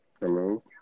Hello